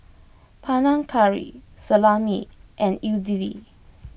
Panang Curry Salami and Idili